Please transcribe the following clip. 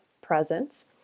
presence